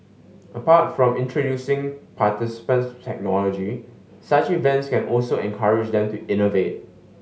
apart from introducing participants to technology such events can also encourage them to innovate